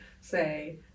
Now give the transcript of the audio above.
say